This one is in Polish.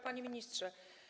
Panie Ministrze!